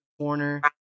corner